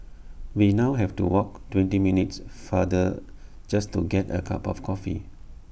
we now have to walk twenty minutes farther just to get A cup of coffee